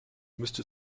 müsste